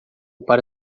para